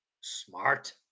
Smart